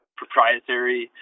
proprietary